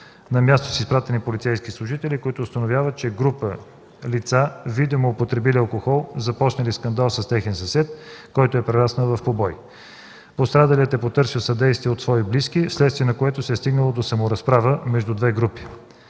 На място са изпратени полицейски служители, които установяват, че група лица, видимо употребили алкохол, започнали скандал с техен съсед, който е прераснал в побой. Пострадалият е потърсил съдействие от свои близки, вследствие на което се е стигнало до саморазправа между две групи.